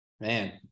Man